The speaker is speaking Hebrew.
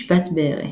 משפט בארי